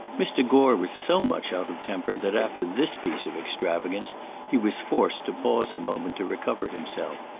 mr. gore was so much out of temper that after this piece of extravagance he was forced to pause a moment to recover himself.